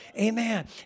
Amen